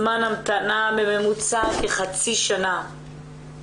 כאשר זמן ההמתנה הממוצע הוא כחצי שנה.